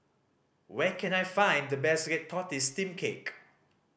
where can I find the best red tortoise steamed cake